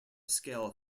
scale